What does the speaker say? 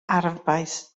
arfbais